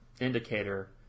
indicator